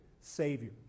Savior